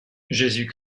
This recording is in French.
jésus